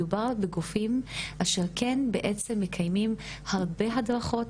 מדובר בגופים אשר כן בעצם מקיימים הרבה הדרכות,